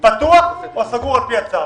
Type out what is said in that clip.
אלא לבדוק אם המוסד פתוח או סגור על פי הצו.